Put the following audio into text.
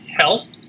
health